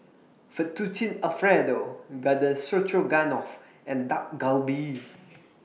Fettuccine Alfredo Garden Stroganoff and Dak Galbi